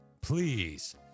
Please